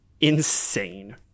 insane